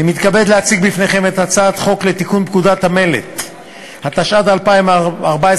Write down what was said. אני מתכבד להציג בפניכם הצעת חוק לתיקון פקודת המלט (מס' 2) (תיקון),